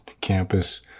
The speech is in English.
campus